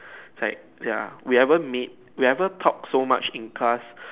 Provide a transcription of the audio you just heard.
like ya we ever made we ever talk so much in class